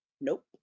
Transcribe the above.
Nope